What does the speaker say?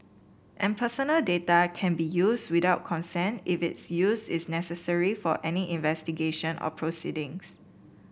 and personal data can be used without consent if its use is necessary for any investigation or proceedings